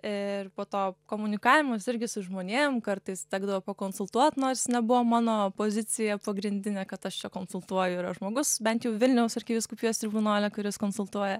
ir po to komunikavimas irgi su žmonėm kartais tekdavo pakonsultuot nors nebuvo mano pozicija pagrindinė kad aš čia konsultuoju yra žmogus bent jau vilniaus arkivyskupijos tribunole kuris konsultuoja